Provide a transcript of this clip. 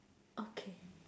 okay